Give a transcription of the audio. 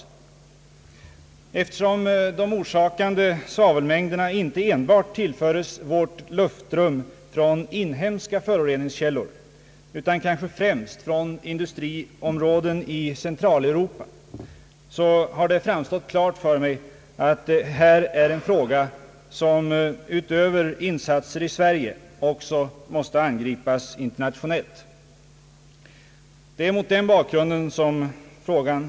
Eftersom de orsakande svavelmängderna inte enbart tillföres vårt luftrum från inhemska föroreningskällor utan kanske främst från industriområdena i Centraleuropa, har det framstått klart för mig att detta är en fråga som, utöver insatser i Sverige, också måste angripas internationellt. Det är mot den bakgrunden jag har ställt min fråga.